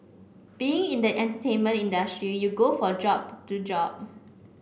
being in the entertainment industry you go for job to job